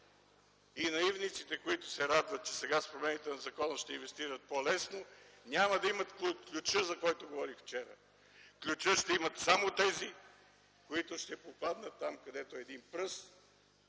Наивниците, които се радват, че сега с промените в закона ще инвестират по-лесно, няма да имат ключа, за който говорих вчера. Ключът ще имат само тези, които ще попаднат там, където един пръст,